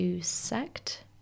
Sect